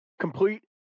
complete